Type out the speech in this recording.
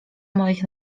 moich